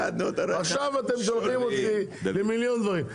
אתם שולחים אותי עכשיו למיליון דברים,